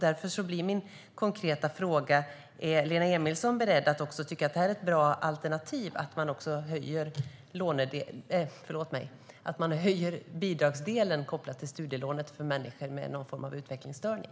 Därför blir min konkreta fråga: Är Lena Emilsson beredd att tycka att det är ett bra alternativ att man höjer bidragsdelen kopplad till studielånet för människor med någon form av utvecklingsstörning?